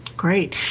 Great